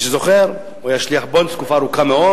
מי שזוכר, הוא היה שליח "בונדס" תקופה ארוכה מאוד.